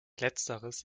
letzteres